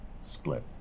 split